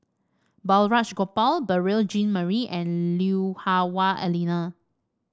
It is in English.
Balraj Gopal Beurel Jean Marie and Lui Hah Wah Elena